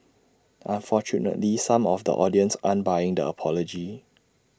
unfortunately some of the audience aren't buying the apology